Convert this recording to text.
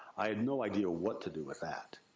i had no idea what to do with that.